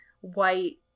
white